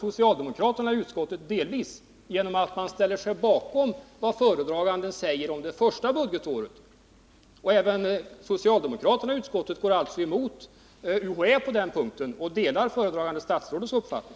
Socialdemokraterna i utskottet har också delvis gjort det genom att de ställt sig bakom det som föredraganden säger om det första budgetåret. Även socialdemokraterna går alltså emot UHÄ på den punkten och delar föredragande statsrådets uppfattning.